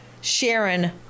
sharon